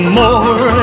more